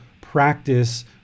practice